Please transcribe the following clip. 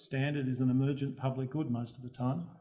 standards in the religion, public good, most of the time,